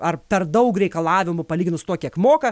ar per daug reikalavimų palyginus su tuo kiek moka